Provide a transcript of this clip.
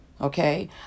okay